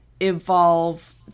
evolve